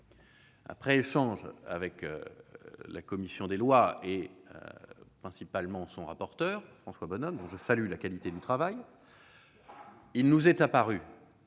avoir échangé avec la commission des lois, notamment son rapporteur François Bonhomme, dont je salue la qualité du travail, il nous est apparu